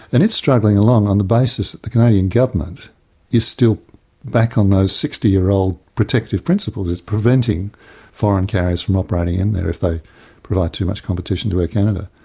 and it's struggling along on the basis that the canadian government is still back on those sixty year old protective principles, preventing foreign carriers from operating in there if they provide too much competition to air canada.